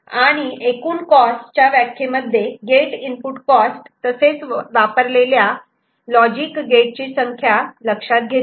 आणि एकूण कॉस्ट च्या व्याख्येमध्ये गेट इनपुट कॉस्ट तसेच वापरलेल्या लॉजिक गेट ची संख्या लक्षात घेतो